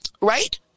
right